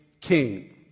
king